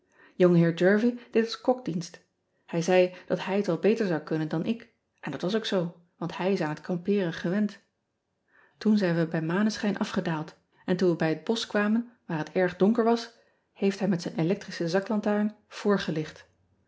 ongeheer ervie deed als kok dienst ij zei dat hij het wel beter zou kunnen dan ik en dat was ook zoo want hij is aan het kampeeren gewend oen zijn we bij maneschijn afgedaald en toen we bij het bosch kwamen waar het erg donker was heeft hij met zijn electrische zaklantaarn voorgelicht